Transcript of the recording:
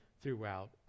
throughout